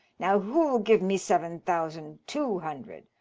now, who'll give me seven thousand two hundred?